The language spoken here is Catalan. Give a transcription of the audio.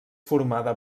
formada